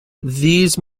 these